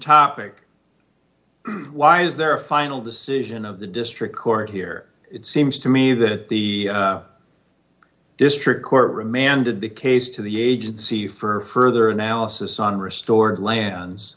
topic why is there a final decision of the district court here it seems to me that the district court remanded the case to the agency for further analysis on restored lan